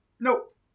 Nope